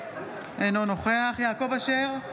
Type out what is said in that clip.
אינו נוכח יעקב אשר,